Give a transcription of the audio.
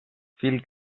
fil